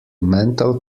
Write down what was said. mental